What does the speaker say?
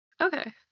Okay